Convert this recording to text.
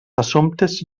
assumptes